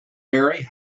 mary